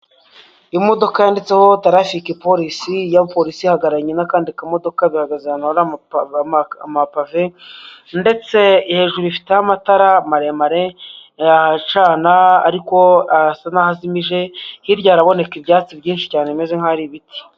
Imodoka yanditseho TRAFFIC POLICE ihagararanye n'akandi kamodoka bihagaze ahantu hari amapave, ndetse hejuru bifite amatara maremare yacana ariko asa nk'aho ajimije, hirya haraboneka ibyatsi byinshi cyane bimeze nk'aho ari imiti.